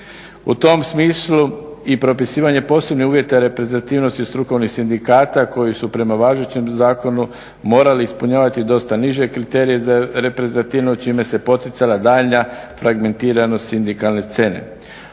U tom smislu i propisivanje posebnih uvjeta reprezentativnosti strukovnih sindikata koji su prema važećem zakonu morali ispunjavati dosta niže kriterije za reprezentativnost čime se poticala daljnja fragmentiranost sindikalne scene.